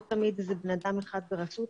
לא תמיד זה בן אדם אחד ברשות,